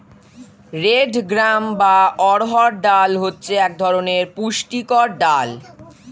red gram বা অড়হর ডাল হচ্ছে এক ধরনের পুষ্টিকর ডাল